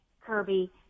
Kirby